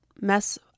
mess